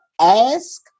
ask